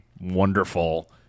wonderful